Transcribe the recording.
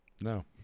No